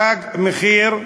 "תג מחיר"